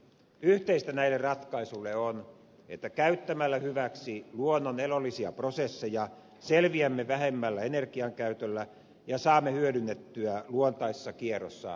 yhteistä näille ratkaisuille on että käyttämällä hyväksi luonnon elollisia prosesseja selviämme vähemmällä energiankäytöllä ja saamme hyödynnettyä luontaisessa kierrossa olevaa hiiltä